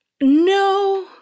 no